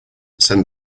send